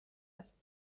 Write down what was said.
است